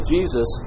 Jesus